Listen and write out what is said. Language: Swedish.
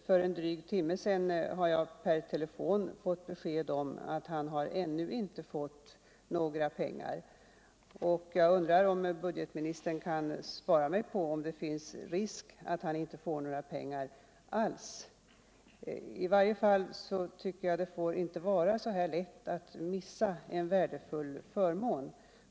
För en dryg timme sedan fick jag per telefon besked om att pappan ännu inte har fått några pengar. Jag undrar om budgetministern kan svara på frågan om det finns risk för att han inte får några pengar alls. I varje fall tycker jag att det inte får vara så här lätt att missa en värdefull förmån.